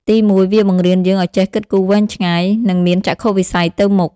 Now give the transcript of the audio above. ទីមួយ វាបង្រៀនយើងឲ្យចេះគិតគូរវែងឆ្ងាយ និងមានចក្ខុវិស័យទៅមុខ។